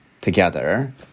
together